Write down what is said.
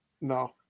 No